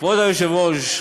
כבוד היושב-ראש,